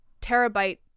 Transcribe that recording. terabyte